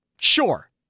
sure